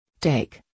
Take